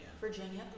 Virginia